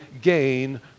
gain